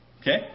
Okay